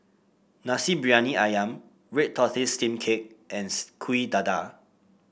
Nasi Briyani ayam Red Tortoise Steamed Cake and Kuih Dadar